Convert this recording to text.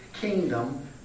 kingdom